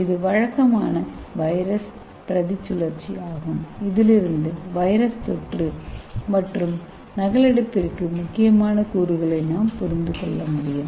இது வழக்கமான வைரஸ் பிரதி சுழற்சி ஆகும் இதிலிருந்து வைரஸ் தொற்று மற்றும் நகலெடுப்பிற்கு முக்கியமான கூறுகளை நாம் புரிந்து கொள்ள முடியும்